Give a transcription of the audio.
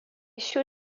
šių